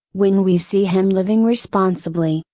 when we see him living responsibly,